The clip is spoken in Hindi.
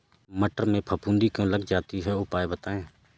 मटर में फफूंदी क्यो लग जाती है उपाय बताएं?